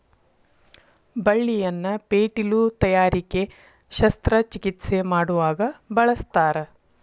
ಬಳ್ಳಿಯನ್ನ ಪೇಟಿಲು ತಯಾರಿಕೆ ಶಸ್ತ್ರ ಚಿಕಿತ್ಸೆ ಮಾಡುವಾಗ ಬಳಸ್ತಾರ